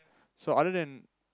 so other than